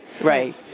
Right